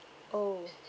oh